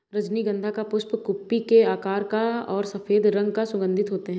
रजनीगंधा का पुष्प कुप्पी के आकार का और सफेद रंग का सुगन्धित होते हैं